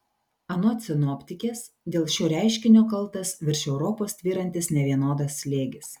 anot sinoptikės dėl šio reiškinio kaltas virš europos tvyrantis nevienodas slėgis